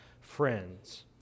friends